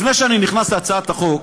לפני שאני נכנס להצעת החוק,